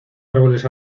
árboles